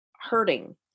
hurting